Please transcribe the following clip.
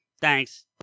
Thanks